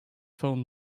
phone